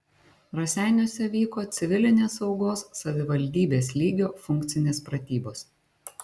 raseiniuose vyko civilinės saugos savivaldybės lygio funkcinės pratybos